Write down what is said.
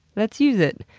let's use it.